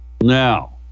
now